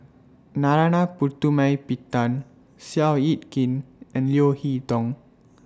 Narana Putumaippittan Seow Yit Kin and Leo Hee Tong